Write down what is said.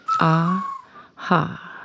Ah-ha